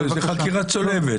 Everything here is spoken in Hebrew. זאת חקירה צולבת.